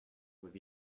with